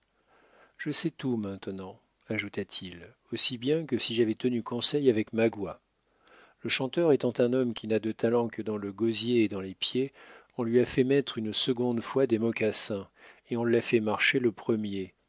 je sais tout maintenant ajouta-t-il aussi bien que si j'avais tenu conseil avec magua le chanteur étant un homme qui n'a de talent que dans le gosier et dans les pieds on lui a fait mettre une seconde fois des mocassins on l'a fait marcher le premier